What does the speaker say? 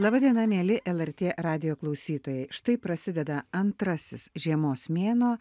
laba diena mieli lrt radijo klausytojai štai prasideda antrasis žiemos mėnuo